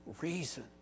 reason